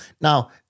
Now